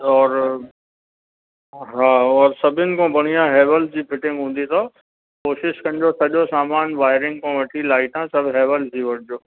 और हा और सभिनि खां बढ़िया हैवेल्स जी फिटिंग हूंदी अथव कोशिशि कजो सॼो सामान वायरिंग खां वठी लाइटां सभु हैवेल्स जी वठिजो